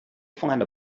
find